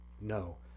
No